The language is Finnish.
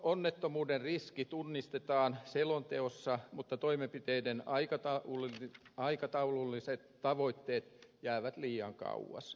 öljyonnettomuuden riski tunnistetaan selonteossa mutta toimenpiteiden aikataululliset tavoitteet jäävät liian kauas